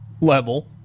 level